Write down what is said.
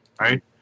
Right